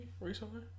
recently